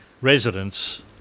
residents